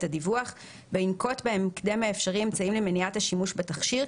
הדיווח וינקוט בהקדם האפשרי אמצעים למניעת השימוש בתכשיר,